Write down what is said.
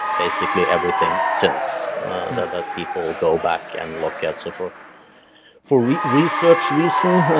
basically everything since and that people go back and look at. so for for research reasons,